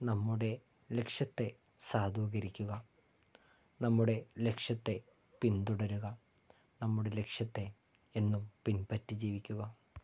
നമ്മുടെ ലക്ഷ്യത്തെ സാധൂകരിക്കുക നമ്മുടെ ലക്ഷ്യത്തെ പിൻതുടരുക നമ്മുടെ ലക്ഷ്യത്തെ എന്നും പിൻപറ്റി ജീവിക്കുക